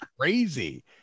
crazy